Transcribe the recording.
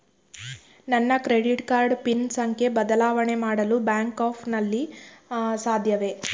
ನನ್ನ credit card PIN ಸಂಖ್ಯೆ ಬದಲಾವಣೆ ಮಾಡಲು ಬ್ಯಾಂಕ್ ಆ್ಯಪ್ ನಲ್ಲಿ ಸಾಧ್ಯವೇ?